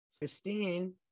Christine